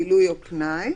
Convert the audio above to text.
בילוי או פנאי,